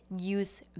use